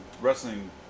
wrestling